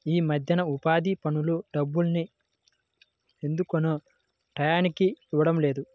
యీ మద్దెన ఉపాధి పనుల డబ్బుల్ని ఎందుకనో టైయ్యానికి ఇవ్వడం లేదు